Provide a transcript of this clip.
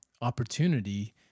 opportunity